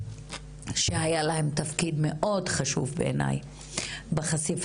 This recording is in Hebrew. שהיה להם תפקיד מאוד חשוב בעיניי בחשיפת